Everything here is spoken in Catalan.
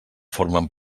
formen